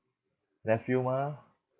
nephew mah